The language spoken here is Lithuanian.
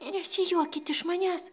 nesijuokit iš manęs